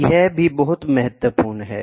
यह भी बहुत महत्वपूर्ण है